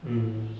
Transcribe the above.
mm